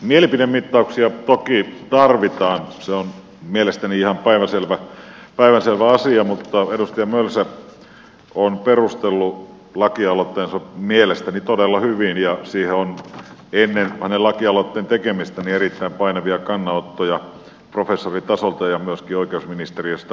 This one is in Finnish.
mielipidemittauksia toki tarvitaan se on mielestäni ihan päivänselvä asia mutta edustaja mölsä on perustellut lakialoitteensa mielestäni todella hyvin ja siihen on ennen hänen lakialoitteensa tekemistä erittäin painavia kannanottoja professoritasolta ja myöskin oikeusministeriöstä saatu